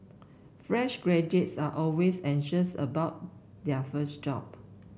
fresh graduates are always anxious about their first job